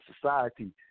society